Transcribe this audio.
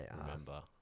remember